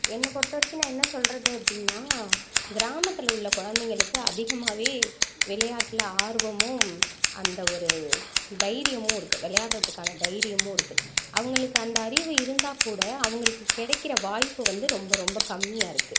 என்னை பொறுத்த வரைக்கும் நான் என்ன சொல்கிறது அப்படின்னா கிராமத்தில் உள்ள குழந்தைகளுக்கு அதிகமாகவே விளையாட்டுல ஆர்வமும் அந்த ஒரு தைரியமும் இருக்குது விளையாடுறதுக்கான தைரியமும் இருக்குது அவங்களுக்கு அந்த அறிவு இருந்தால் கூட அவங்களுக்கு கிடைக்குற வாய்ப்பு வந்து ரொம்ப ரொம்ப கம்மியாக இருக்குது